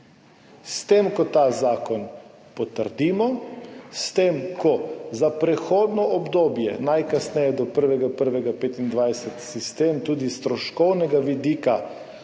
S tem, ko ta zakon potrdimo, s tem, ko za prehodno obdobje, najkasneje do 1. 1. 2025, sistem tudi s stroškovnega vidika